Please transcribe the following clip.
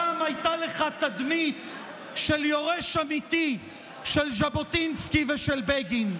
פעם הייתה לך תדמית של יורש אמיתי של ז'בוטינסקי ושל בגין,